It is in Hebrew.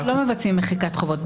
אנחנו לא מבצעים מחיקת חובות.